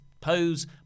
pose